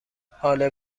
حال